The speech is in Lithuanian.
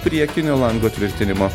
priekinio lango tvirtinimo